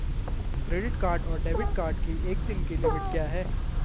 Credit card और debit card की एक दिन की लिमिट क्या है?